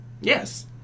Yes